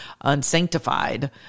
unsanctified